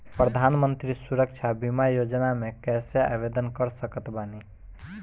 प्रधानमंत्री सुरक्षा बीमा योजना मे कैसे आवेदन कर सकत बानी?